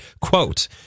Quote